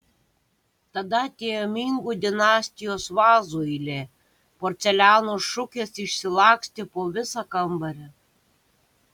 tada atėjo mingų dinastijos vazų eilė porceliano šukės išsilakstė po visą kambarį